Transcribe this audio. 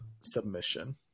submission